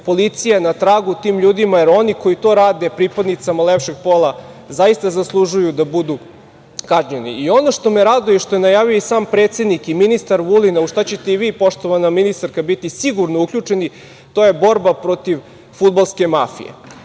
policija na tragu tim ljudima, jer oni koji to rade pripadnicama lepšeg pola zaista zaslužuju da budu kažnjeni. Ono što me raduje, što je najavio i sam predsednik i ministar Vulin, u šta ćete i vi, poštovana ministarka, biti sigurno uključeni, to je borba protiv fudbalske mafije.